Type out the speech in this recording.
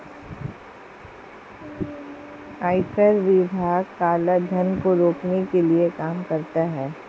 आयकर विभाग काला धन को रोकने के लिए काम करता है